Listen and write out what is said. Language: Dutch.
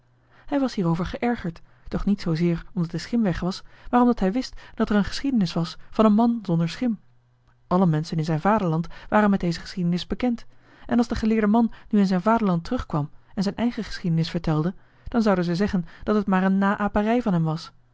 hij was hierover geërgerd doch niet zoozeer omdat de schim weg was maar omdat hij wist dat er een geschiedenis was van een man zonder schim alle menschen in zijn vaderland waren met deze geschiedenis bekend en als de geleerde man nu in zijn vaderland terugkwam en zijn eigen geschiedenis vertelde dan zouden zij zeggen dat het maar een naäperij van hem was